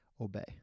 obey